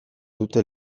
dute